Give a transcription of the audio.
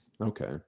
Okay